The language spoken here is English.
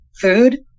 food